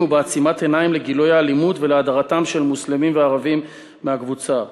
ובעצימת העיניים לנוכח גילויי האלימות ולהדרתם של מוסלמים וערבים מהקבוצה.